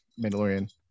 Mandalorian